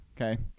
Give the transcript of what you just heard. Okay